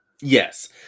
Yes